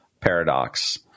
paradox